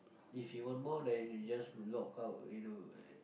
if you want more then you just log out you know